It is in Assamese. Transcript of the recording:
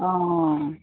অঁ